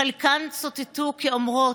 חלקן צוטטו כאומרות: